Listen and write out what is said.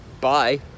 Bye